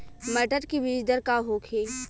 मटर के बीज दर का होखे?